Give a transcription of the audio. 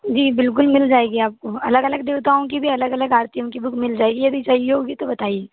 जी बिल्कुल मिल जाएगी आपको अलग अलग देवताओं की भी अलग अलग आरतीयों की बूक मिल जाएगी यदि चाहिए होगी तो बताइए